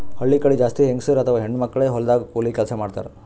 ಹಳ್ಳಿ ಕಡಿ ಜಾಸ್ತಿ ಹೆಂಗಸರ್ ಅಥವಾ ಹೆಣ್ಣ್ ಮಕ್ಕಳೇ ಹೊಲದಾಗ್ ಕೂಲಿ ಕೆಲ್ಸ್ ಮಾಡ್ತಾರ್